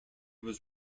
was